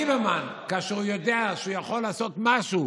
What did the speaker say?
ליברמן, כאשר הוא יודע שהוא יכול לעשות משהו